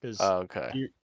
Okay